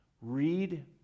Read